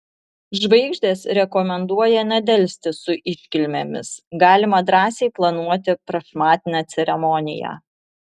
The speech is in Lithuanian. žvaigždės rekomenduoja nedelsti su iškilmėmis galima drąsiai planuoti prašmatnią ceremoniją